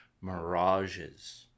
Mirages